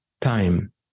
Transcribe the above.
time